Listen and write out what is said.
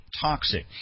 toxic